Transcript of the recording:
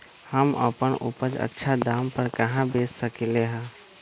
हम अपन उपज अच्छा दाम पर कहाँ बेच सकीले ह?